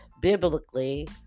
biblically